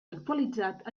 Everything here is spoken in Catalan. actualitzat